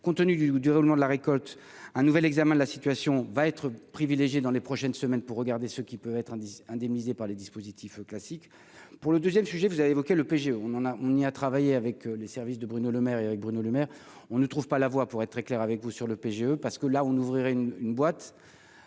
compte tenu du du règlement de la récolte, un nouvel examen de la situation va être privilégiée dans les prochaines semaines pour regarder ce qui peut être indemnisés par les dispositifs classique pour le 2ème sujet vous avez évoqué le PG, on en a, on y a travaillé avec les services de Bruno Lemaire Éric Bruno Lemaire, on ne trouve pas la voix pour être très clair avec vous sur le PGE parce que là on ouvrirait une boîte